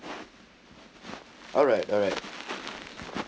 alright alright